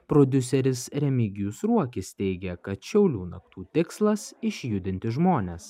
prodiuseris remigijus ruokis teigia kad šiaulių naktų tikslas išjudinti žmones